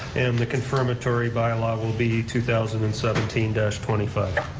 and the confirmatory bylaw will be two thousand and seventeen twenty five.